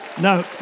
No